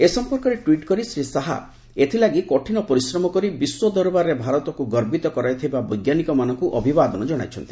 ଏ ସମ୍ପର୍କରେ ଟ୍ୱିଟ୍ କରି ଶ୍ରୀ ଶାହା ଏଥିଲାଗି କଠିନ ପରିଶ୍ରମ କରି ବିଶ୍ୱ ଦରବାରରେ ଭାରତକ୍ତ ଗର୍ବିତ କରାଇଥିବା ବୈଜ୍ଞାନିକମାନଙ୍କୁ ଅଭିବାଦନ ଜଣାଇଛନ୍ତି